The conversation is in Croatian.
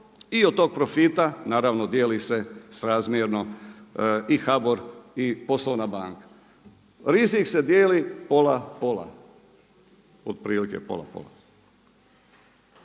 i od tog profita naravno dijeli se srazmjerno i HBOR i poslovna banka. Rizik se dijeli pola - pola, otprilike pola –pola.